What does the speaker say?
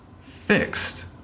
Fixed